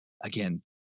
again